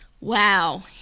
wow